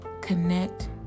Connect